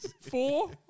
Four